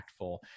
impactful